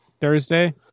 Thursday